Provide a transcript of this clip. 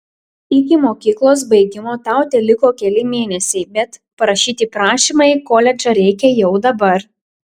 iki mokyklos baigimo tau teliko keli mėnesiai bet parašyti prašymą į koledžą reikia jau dabar